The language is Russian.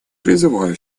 призываю